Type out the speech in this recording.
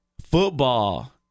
Football